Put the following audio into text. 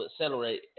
accelerate